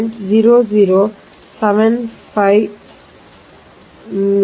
0075 ಮೀಟರ್ಗೆ ಸಮಾನವಾಗಿರುತ್ತದೆ